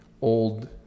old